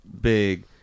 Big